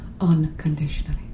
unconditionally